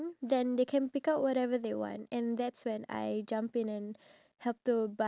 but it's not vibrant and why is the sheep not white